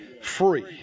free